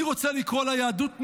אני רוצה לקרוא לה יהדות נוקשה.